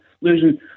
losing